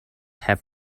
have